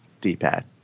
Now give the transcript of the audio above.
D-pad